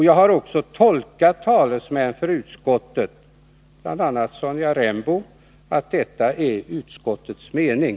Jag har också tolkat talesmännen för utskottet, bl.a. Sonja Rembo, så, att detta är utskottets mening.